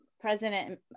President